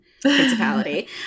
principality